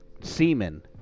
semen